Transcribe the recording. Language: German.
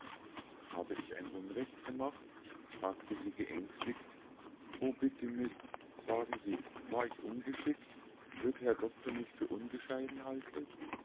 habe ich ein unrecht gemacht fragte sie geängstigt o bitte miß sagen sie war ich ungeschickt wird herr doktor mich für unbescheiden halten